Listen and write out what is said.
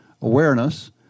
awareness